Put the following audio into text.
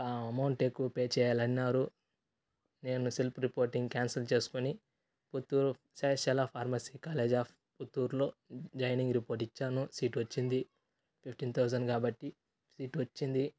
amount ఎక్కువ pay చేయాలన్నారు నేను సెల్ఫ్ రిపోర్టింగ్ క్యాన్సెల్ చేసుకొని పుత్తూరు సేషల ఫార్మసీ కాలేజ్ ఆఫ్ పుత్తూరులో జాయినింగ్ రిపోర్ట్ ఇచ్చాను సీట్ వచ్చింది ఫిఫ్టీన్ థౌసండ్ కాబట్టి సీట్ వచ్చింది